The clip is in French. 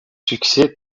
succès